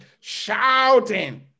shouting